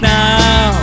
now